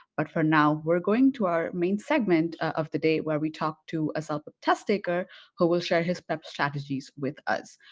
but for now, we're going to our main segment of the day where we talk to a self ah test taker who will share his prep strategies with us.